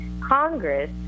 Congress